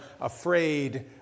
afraid